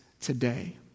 today